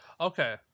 Okay